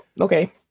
okay